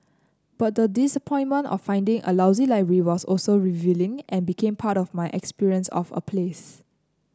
but the disappointment of finding a lousy library was also revealing and became part of my experience of a place